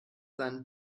seinen